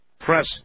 press